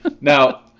Now